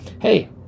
hey